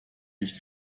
nicht